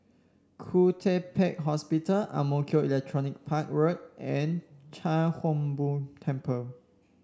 Khoo Teck Puat Hospital Ang Mo Kio Electronics Park Road and Chia Hung Boo Temple